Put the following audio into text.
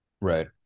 Right